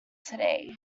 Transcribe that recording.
today